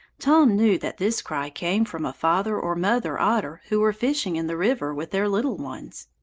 tom knew that this cry came from a father or mother otter who were fishing in the river with their little ones.